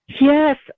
Yes